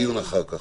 זה לדיון אחר כך.